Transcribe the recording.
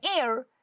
air